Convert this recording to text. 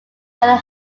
bell